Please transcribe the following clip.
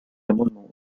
amendement